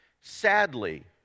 Sadly